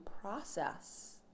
process